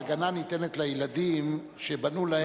ההגנה ניתנת לילדים שבנו להם,